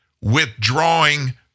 withdrawing